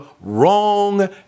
wrong